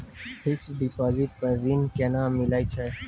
Fixed deposit पर ऋण केना मिलै छै?